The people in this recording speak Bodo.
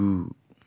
गु